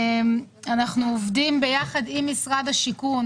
אנחנו עובדים ביחד עם משרד השיכון